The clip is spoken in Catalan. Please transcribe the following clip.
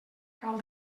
cal